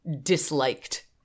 disliked